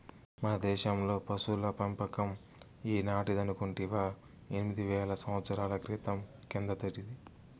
మన దేశంలో పశుల పెంపకం ఈనాటిదనుకుంటివా ఎనిమిది వేల సంవత్సరాల క్రితం కిందటిది